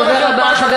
בושה וחרפה שאתה,